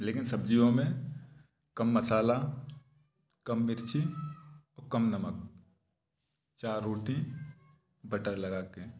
लेकिन सब्जियों में कम मसाला कम मिर्ची कम नमक चार रोटी बटर लगा के